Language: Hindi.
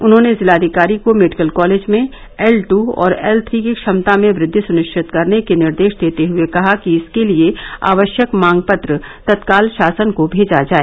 उन्होंने जिलाधिकारी को मेडिकल कॉलेज में एल टू और एल थ्री की क्षमता में युद्धि सुनिश्चित करने के निर्देश देते हुए कहा कि इसके लिए आवश्यक मांग पत्र तत्काल शासन को भेजा जाए